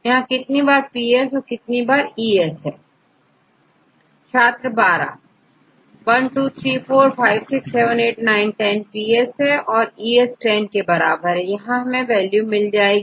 1 2 3 4 5 6 7 8 9 10 5 P's and 5 E's is equal to 10 So we get values will be 20 छात्र 1 2 1 2 3 4 5 6 7 8 9 10PsऔरEs 10 के बराबर है तो यह वैल्यू 20 होगी